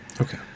okay